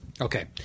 Okay